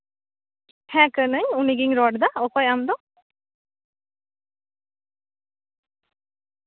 ᱦᱮᱸ ᱠᱟᱹᱱᱟᱹᱧ ᱩᱱᱤᱜᱤᱧ ᱨᱚᱲᱫᱟ ᱚᱠᱚᱭ ᱟᱢ ᱫᱚ